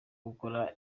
gukora